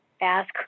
ask